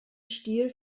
stil